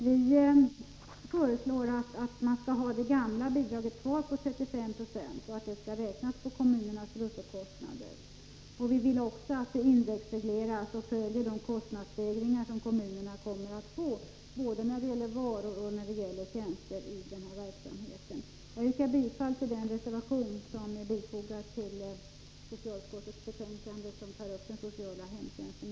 Vi föreslår att det gamla bidraget på 35 9 skall vara kvar och att det skall beräknas på kommunernas bruttokostnad. Vi vill också att bidraget indexregleras och följer de kostnadsstegringar som kommunerna kommer att få i den här verksamheten, när det gäller både varor och tjänster. Jag yrkar bifall till den reservation som är bifogad till socialutskottets betänkande och som tar upp den sociala hemhjälpen.